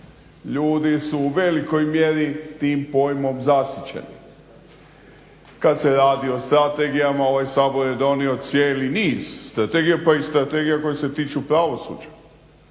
Ljudi su u velikoj mjeri tim pojmom zasićeni. Kad se radi o strategijama ovaj Sabor je donio cijeli niz strategija, pa i strategija koje se tiču pravosuđa